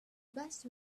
best